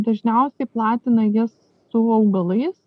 dažniausiai platina jas su augalais